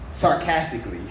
sarcastically